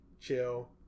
Chill